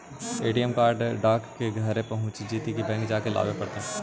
ATM card डाक से घरे पहुँच जईतै कि बैंक में जाके लाबे पड़तै?